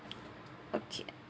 okay